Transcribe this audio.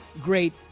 Great